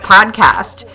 Podcast